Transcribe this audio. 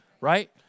right